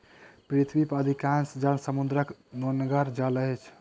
पृथ्वी पर अधिकांश जल समुद्रक नोनगर जल अछि